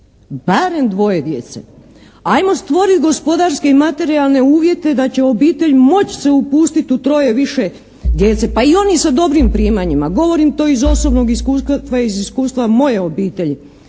Barem 2 djece. Ajmo stvoriti gospodarski i materijalne uvjete da će obitelj moći se upustiti u 3, više djece pa i oni sa dobrim primanjima. Govorim to iz osobnog iskustva, iz